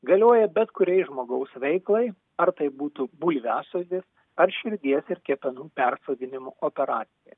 galioja bet kuriai žmogaus veiklai ar tai būtų bulviasodis ar širdies ir kepenų persodinimo operacija